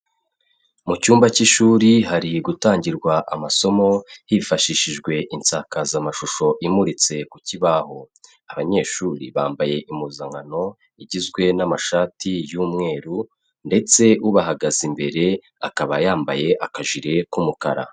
Mu cyumba k'ishuri hari gutangirwa amasomo hifashishijwe insakazamashusho imuritse ku kibaho, abanyeshuri bambaye impuzankano igizwe n'amashati y'umweru ndetse ubahagaze imbere akaba yambaye akajire k'umukara.